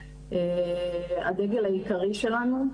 הדגל העיקרי שלנו,